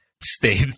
stayed